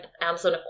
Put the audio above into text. Amazon